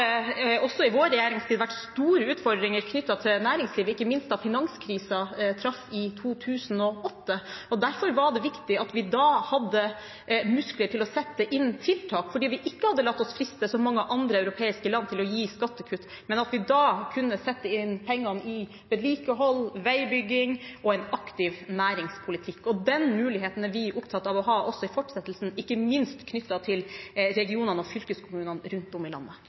det også i vår regjeringstid vært store utfordringer knyttet til næringslivet – ikke minst da finanskrisen traff i 2008. Derfor var det viktig at vi da hadde muskler til å sette inn tiltak fordi vi ikke hadde latt oss friste – som mange andre europeiske land – til å gi skattekutt, men at vi da kunne sette pengene inn i vedlikehold, veibygging og en aktiv næringspolitikk. Og den muligheten er vi opptatt av å ha også i fortsettelsen, ikke minst knyttet til regionene og fylkeskommunene rundt om i landet.